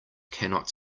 cannot